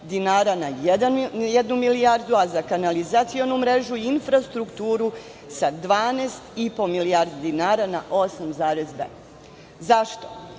dinara na jednu milijardu, a za kanalizacionu mrežu i infrastrukturu sa 12,5 milijardi dinara na 8,9.